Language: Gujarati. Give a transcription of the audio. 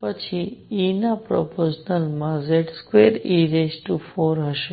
પછી E ના પ્રપોર્શનલ માં Z2e4 હશે